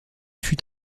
fut